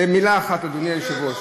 במילה אחת, אדוני היושב-ראש.